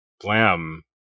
Blam